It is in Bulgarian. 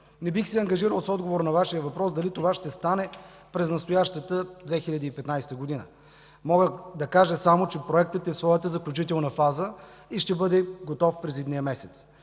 Не бих се ангажирал с отговор на Вашия въпрос дали това ще стане през настоящата 2015 г. Мога да кажа само, че Проектът е в своята заключителна фаза и ще бъде готов през идния месец.